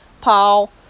Paul